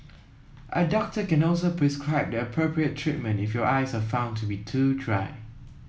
a doctor can also prescribe the appropriate treatment if your eyes are found to be too dry